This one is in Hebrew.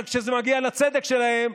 אבל כשזה מגיע לצדק שלהם,